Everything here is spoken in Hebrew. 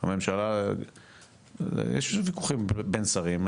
הממשלה יש וויכוחים בין שרים,